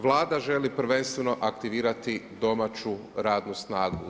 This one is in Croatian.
Vlada želi prvenstveno aktivirati domaću radnu snagu.